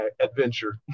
adventure